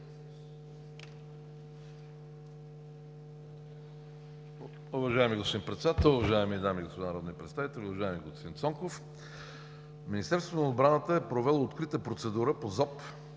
Министерството на отбраната е провело открита процедура по